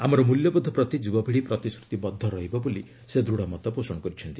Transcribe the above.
ଆମର ମୂଲ୍ୟବୋଧ ପ୍ରତି ଯୁବପିଢ଼ି ପ୍ରତିଶ୍ରତିବଦ୍ଧ ରହିବ ବୋଲି ସେ ଦୂଢ଼ ମତପୋଷଣ କରିଛନ୍ତି